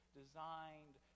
designed